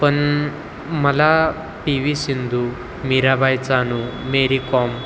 पण मला P V Sindhu Mirabai Chanu Mary com